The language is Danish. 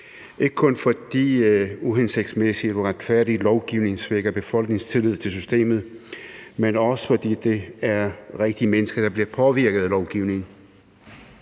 ikke kun fordi en uhensigtsmæssig eller uretfærdig lovgivning svækker befolkningens tillid til systemet, men også fordi det er rigtige mennesker, der bliver påvirket af lovgivningen.